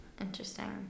Interesting